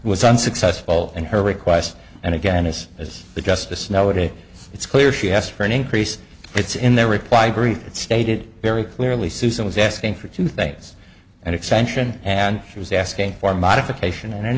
was unsuccessful in her requests and again this is the justice nowaday it's clear she asked for an increase it's in their reply brief and stated very clearly susan was asking for two things an extension and she was asking for modification and an